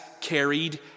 carried